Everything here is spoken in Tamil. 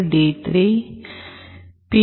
D 3 B